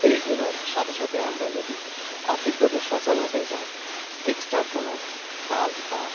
এইগুলোর সাথে সাথে আমরা যদি আর্থিকভাবে সচল হতে চাই এক্সট্রা আর কোনো কাজ বা